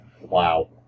Wow